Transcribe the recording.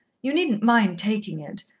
you needn't mind taking it.